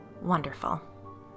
wonderful